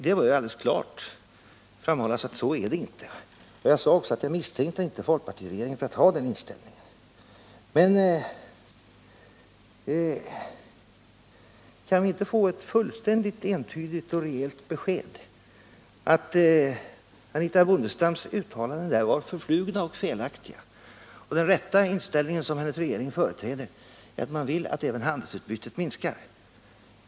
Det bör alldeles klart framhållas att så är det inte! Jag sade också att jag inte misstänkte folkpartiregeringen för att ha den inställningen. z Kan vi inte få ett fullständigt entydigt och rejält besked, att Anitha Bondestams uttalanden i Göteborg var förflugna och felaktiga och att den rätta inställningen, som regeringen företräder, är att man vill att även handelsutbytet skall minska?